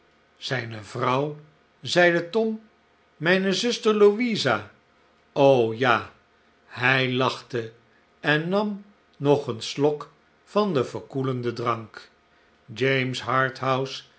zijne vrouw zeide tom mijne zuster louisa ja hij lachte en nam nog een slok van den verkoelenden drank james